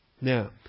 Now